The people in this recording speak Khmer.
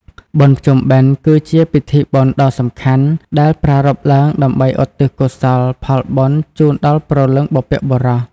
បុណ្យភ្ជុំបិណ្ឌ គឺជាពិធីបុណ្យដ៏សំខាន់ដែលប្រារព្ធឡើងដើម្បីឧទ្ទិសកុសលផលបុណ្យជូនដល់ព្រលឹងបុព្វបុរស។